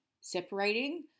separating